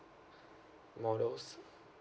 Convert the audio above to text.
models